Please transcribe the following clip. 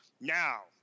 Now